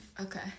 Okay